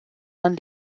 dann